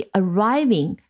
arriving